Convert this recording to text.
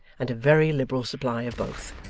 and a very liberal supply of both.